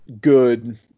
good